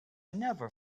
never